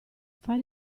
fare